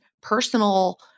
personal